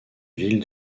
villes